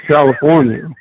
California